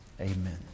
Amen